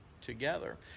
together